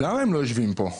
למה הם לא יושבים פה?